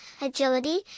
agility